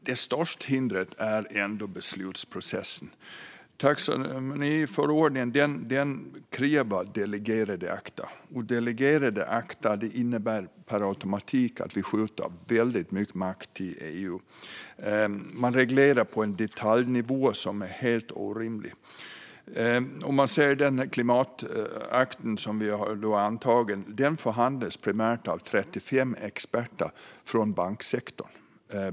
Det största hindret är ändå beslutsprocessen. Taxonomiförordningen kräver delegerade akter. Sådana akter innebär per automatik att vi skjuter över väldigt mycket makt till EU. Man reglerar på en detaljnivå som är helt orimlig. Den klimatakt som antagits har primärt förhandlats av 35 experter från banksektorn.